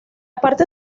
parte